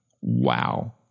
Wow